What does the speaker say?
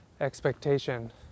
expectation